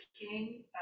King